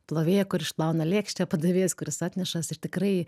plovėja kuri išplauna lėkštę padavėjas kuris atneša ir tikrai